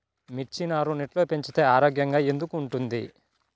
మిర్చి నారు నెట్లో పెంచితే ఆరోగ్యంగా ఎందుకు ఉంటుంది?